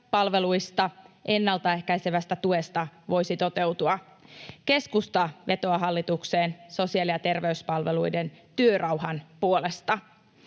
palveluista ja ennaltaehkäisevästä tuesta voisi toteutua. Keskusta vetoaa hallitukseen sosiaali‑ ja terveyspalveluiden työrauhan puolesta.